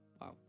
Wow